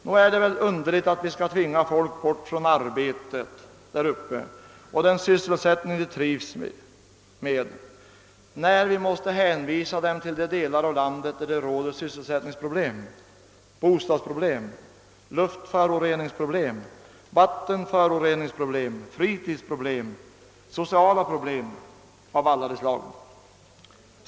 Nog är det väl underligt att vi skall tvinga bort folket från arbetet där uppe och den sysselsättning de trivs med, när vi måste hänvisa dem till de delar av landet där det råder sysselsättningsproblem, bostadsproblem, luftföroreningsproblem, vattenföroreningsproblem, fritidsproblem, sociala problem av alla de slag.